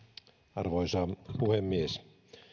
arvoisa puhemies